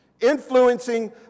Influencing